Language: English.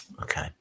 okay